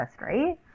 right